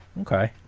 okay